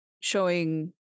showing